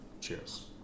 cheers